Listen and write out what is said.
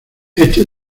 este